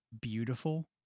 beautiful